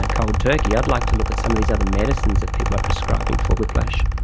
ah cold turkey, i'd like to look at some of these other medicines that people are prescribing for whiplash.